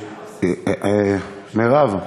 מירב,